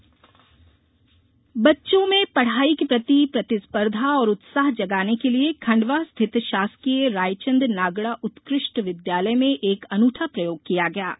एक दिन की प्राचार्य बच्चों में पढ़ाई के प्रति प्रतिस्पर्धा और उत्साह जगाने के लिये खंडवा स्थित शासकीय रायचन्द नागड़ा उत्कृष्ट विद्यालय में एक अनूठा प्रयोग किया है